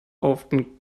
often